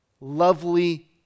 lovely